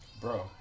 Bro